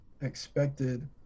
expected